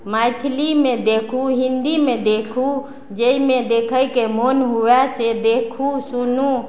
मैथिलीमे देखू हिन्दीमे देखू जाहिमे देखयके मोन हुअए से देखू सुनू